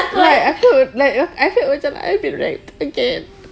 like I feel like I fell like macam I be right again